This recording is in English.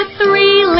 three